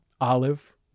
olive